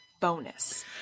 bonus